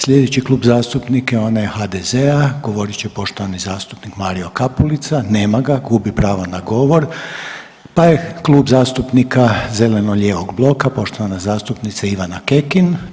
Slijedeći Klub zastupnika je onaj HDZ-a, govorit će poštovani zastupnik Mario Kapulica, nema ga, gubi pravo na govor, pa je Klub zastupnika zeleno-lijevog bloka poštovana zastupnica Ivana Kekin.